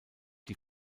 die